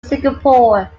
singapore